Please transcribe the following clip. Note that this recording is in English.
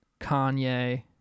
Kanye